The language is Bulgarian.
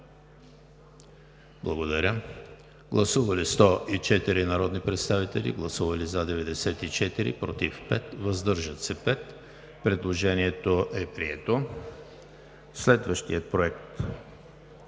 гласуване. Гласували 104 народни представители: за 94, против 5, въздържали се 5. Предложението е прието. Следващият „Проект!